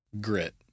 grit